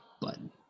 button